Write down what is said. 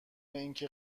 اینکه